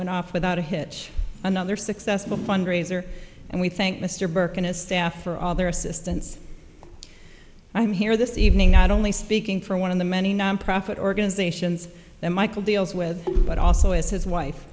went off without a hitch another successful fundraiser and we thank mr burke and his staff for all their assistance i'm here this evening out only speaking for one of the many nonprofit organizations that michael deals with but also as his wife